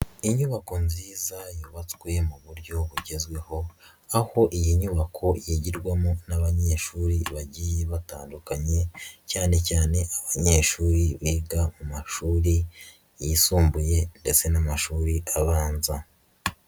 Inyubako nziza yubatswe mu buryo bugezweho, aho iyi nyubako yigirwamo n'abanyeshuri bagiye batandukanye cyane cyane abanyeshuri biga mu mashuri yisumbuye ndetse n'amashuri abanza.